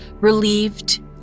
relieved